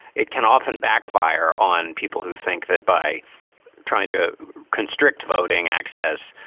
it can often backfire on people who think that by trying to constrict voting access,